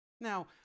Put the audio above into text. Now